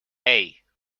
hey